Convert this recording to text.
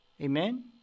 Amen